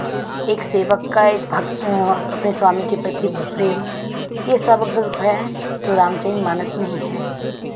एक सेवक का एक भक्त अपने स्वामी के प्रति प्रेम ये सब अगर हैं तो रामचरितमानस में ही है